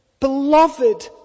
beloved